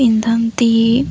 ପିନ୍ଧନ୍ତି